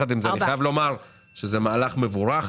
אני חייב לומר שזה מהלך מבורך